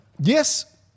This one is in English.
Yes